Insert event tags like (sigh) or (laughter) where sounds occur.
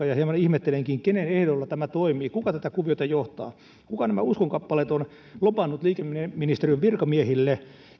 (unintelligible) ja hieman ihmettelenkin kenen ehdoilla tämä toimii kuka tätä kuviota johtaa kuka nämä uskonkappaleet on lobannut liikenneministeriön virkamiehille